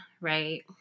right